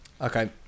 okay